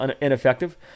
ineffective